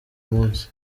munsi